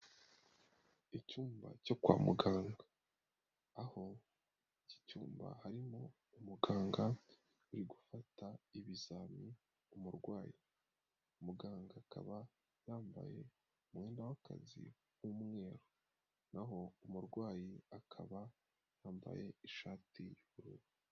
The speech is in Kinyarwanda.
Icyumba cyo kwa muganga. Aho iki cyumba harimo umuganga, uri gufata ibizami umurwayi. Muganga akaba yambaye umwenda w'akazi w'umweru, naho umurwayi akaba yambaye ishati y'ubururu.